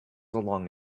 along